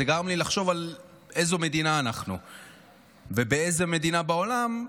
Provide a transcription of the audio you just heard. וזה גרם לי לחשוב על איזו מדינה אנחנו ובאיזו מדינה בעולם,